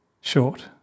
short